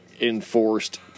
enforced